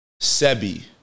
Sebi